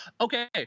okay